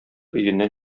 өеннән